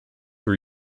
were